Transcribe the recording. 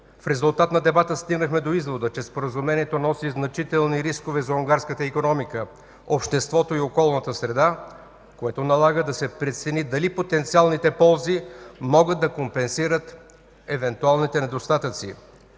В резултат на дебата стигнахме до извода, че Споразумението носи значителни рискове за унгарската икономика, обществото и околната среда, което налага да се прецени дали потенциалните ползи могат да компенсират евентуалните недостатъци.